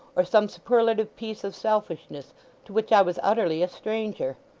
or some superlative piece of selfishness to which i was utterly a stranger.